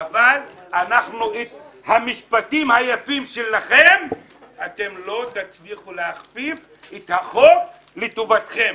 אבל עם המשפטים היפים שלכם אתם לא תצליחו להכפיף את החוק לטובתכם.